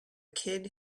kid